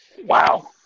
Wow